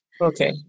Okay